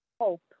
Hope